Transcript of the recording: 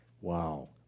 Wow